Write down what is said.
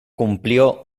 cumplió